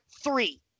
three